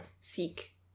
seek